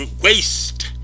waste